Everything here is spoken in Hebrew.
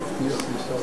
לפני שנכנסים,